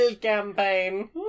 campaign